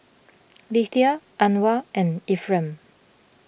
Lethia Anwar and Efrem